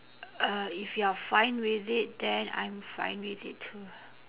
uh if you are fine with it then I'm fine with it too